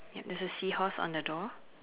yup there's a seahorse on the door